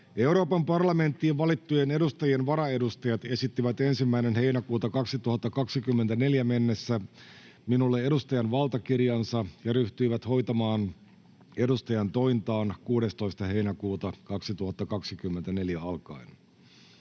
Euroopan parlamenttiin valittujen edustajien varaedustajat esittivät 1.7.2024 mennessä minulle edustajan valtakirjansa ja ryhtyivät hoitamaan edustajantointaan 16.7.2024 alkaen: